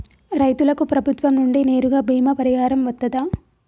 రైతులకు ప్రభుత్వం నుండి నేరుగా బీమా పరిహారం వత్తదా?